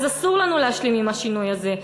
אז אסור לנו להשלים עם השינוי הזה.